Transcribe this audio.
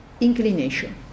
inclination